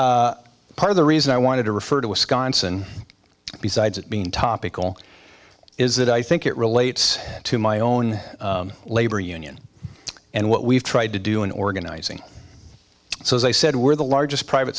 part of the reason i wanted to refer to wisconsin besides being topical is that i think it relates to my own labor union and what we've tried to do in organizing so as i said we're the largest private